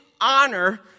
honor